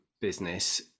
business